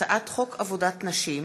הצעת חוק עבודת נשים